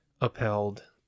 upheld